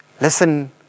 Listen